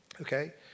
Okay